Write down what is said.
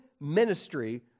ministry